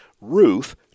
Ruth